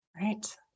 Right